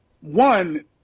one